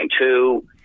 two